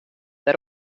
that